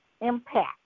impact